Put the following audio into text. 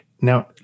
Now